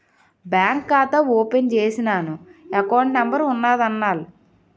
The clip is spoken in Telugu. బ్యాంకు ఖాతా ఓపెన్ చేసినాను ఎకౌంట్ నెంబర్ ఉన్నాద్దాన్ల